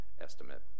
estimate